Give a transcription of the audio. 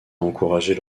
encourager